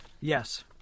Yes